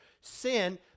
sin